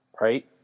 right